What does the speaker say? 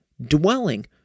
Dwelling